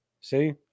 See